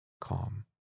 calm